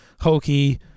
hokey